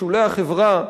בשולי החברה,